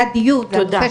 זה הנושא של הדיון היום,